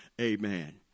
Amen